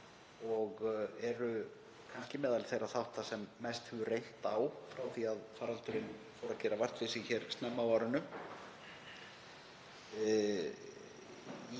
og eru kannski meðal þeirra þátta sem mest hefur reynt á frá því að faraldurinn fór að gera vart við sig hér snemma á árinu.